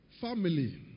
Family